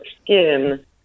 skin